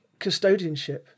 custodianship